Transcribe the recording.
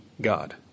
God